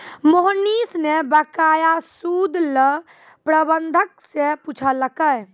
मोहनीश न बकाया सूद ल प्रबंधक स पूछलकै